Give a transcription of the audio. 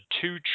two